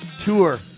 tour